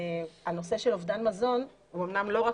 הנושא של אובדן מזון הוא אמנם לא רק